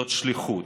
זה שליחות.